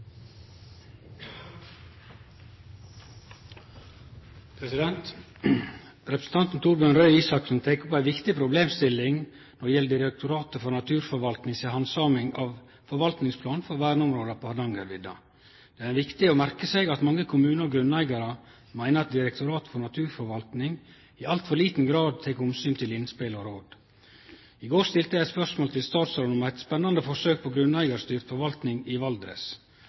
Representanten Torbjørn Røe Isaksen tek opp ei viktig problemstilling når det gjeld Direktoratet for naturforvaltning si handsaming av forvaltningsplanen for verneområda på Hardangervidda. Det er viktig å merke seg at mange kommunar og grunneigarar meiner at Direktoratet for naturforvaltning i altfor liten grad tek omsyn til innspel og råd. I går stilte eg eit spørsmål til statsråden om eit spennande forsøk på grunneigarstyrt forvaltning i Valdres.